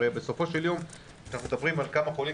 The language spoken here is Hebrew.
הרי בסופו של יום כשאנחנו מדברים על כמה חולים